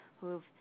who've